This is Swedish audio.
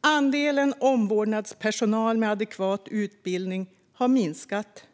Andelen omvårdnadspersonal med adekvat utbildning har minskat.